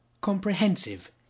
comprehensive